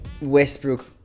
Westbrook